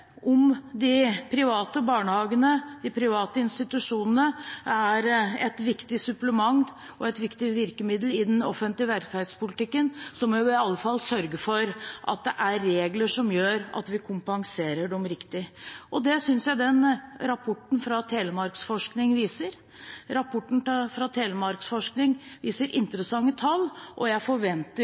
om de private barnehagene, de private institusjonene, er et viktig supplement og et viktig virkemiddel i den offentlige velferdspolitikken, må vi i alle fall sørge for at det er regler som gjør at vi kompenserer dem riktig. Og det synes jeg rapporten fra Telemarksforskning viser. Rapporten fra Telemarksforskning viser interessante tall, og jeg forventer